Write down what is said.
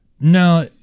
No